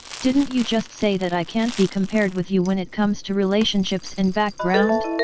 didn't you just say that i can't be compared with you when it comes to relationships and background?